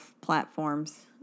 platforms